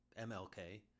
mlk